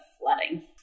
flooding